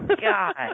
God